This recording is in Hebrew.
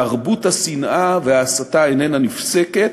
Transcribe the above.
תרבות השנאה וההסתה איננה נפסקת,